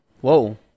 whoa